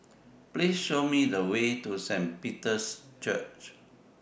Please Show Me The Way to Saint Peter's Church